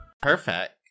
Perfect